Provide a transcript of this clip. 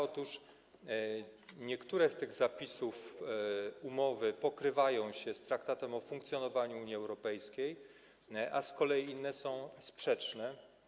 Otóż niektóre z tych zapisów umowy pokrywają się z Traktatem o funkcjonowaniu Unii Europejskiej, a z kolei inne są sprzeczne.